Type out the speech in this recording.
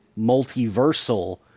multiversal